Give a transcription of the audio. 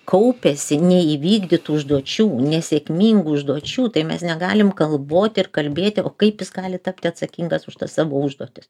kaupiasi neįvykdytų užduočių nesėkmingų užduočių tai mes negalim galvot ir kalbėti o kaip jis gali tapti atsakingas už savo užduotis